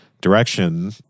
direction